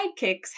sidekicks